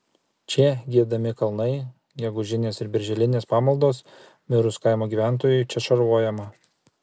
čia giedami kalnai gegužinės ir birželinės pamaldos mirus kaimo gyventojui čia šarvojama